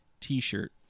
t-shirt